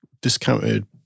discounted